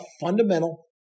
fundamental